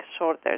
shorter